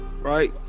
right